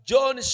John